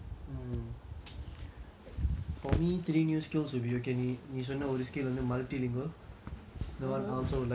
for me three new skills will be okay நீ நீ சொன்ன ஒரு:nee nee sonna oru skill வந்து:vanthu multilingual that [one] also I would like to be